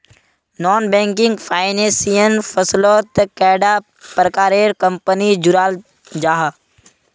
Non banking financial फसलोत कैडा प्रकारेर कंपनी जुराल जाहा?